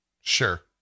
Sure